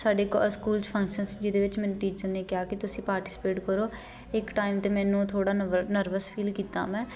ਸਾਡੇ ਕੋ ਸਕੂਲ 'ਚ ਫੰਕਸ਼ਨ ਸੀ ਜਿਹਦੇ ਵਿੱਚ ਮੈਨੂੰ ਟੀਚਰ ਨੇ ਕਿਹਾ ਕਿ ਤੁਸੀਂ ਪਾਰਟੀਸਪੇਟ ਕਰੋ ਇੱਕ ਟਾਈਮ 'ਤੇ ਮੈਨੂੰ ਥੋੜ੍ਹਾ ਨਵ ਨਰਵਸ ਫੀਲ ਕੀਤਾ ਮੈਂ